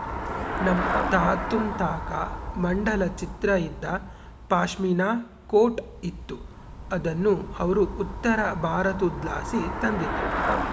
ನಮ್ ತಾತುನ್ ತಾಕ ಮಂಡಲ ಚಿತ್ರ ಇದ್ದ ಪಾಶ್ಮಿನಾ ಕೋಟ್ ಇತ್ತು ಅದುನ್ನ ಅವ್ರು ಉತ್ತರಬಾರತುದ್ಲಾಸಿ ತಂದಿದ್ರು